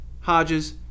Hodges